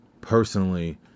personally